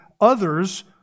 others